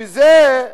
שזה,